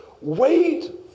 Wait